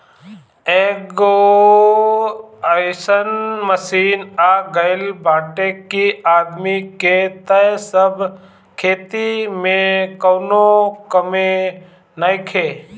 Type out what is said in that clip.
एकहगो अइसन मशीन आ गईल बाटे कि आदमी के तअ अब खेती में कवनो कामे नइखे